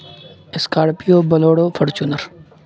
scorpio bolero Fortuner